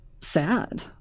sad